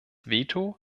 veto